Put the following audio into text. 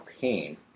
pain